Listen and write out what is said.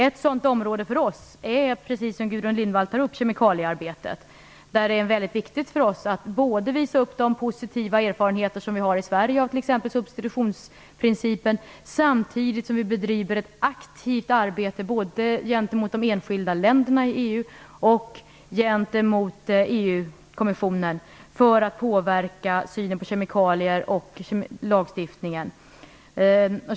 Ett område där det kunde vara möjligt för oss att gå före är, som Gudrun Lindvall säger, kemikaliearbetet. Det är där viktigt för oss både att visa upp de positiva erfarenheter vi har i Sverige av t.ex. substitutionsprincipen och att bedriva ett aktivt arbete gentemot såväl de enskilda länderna i EU som EU kommissionen för att påverka synen på kemikalier och lagstiftningen.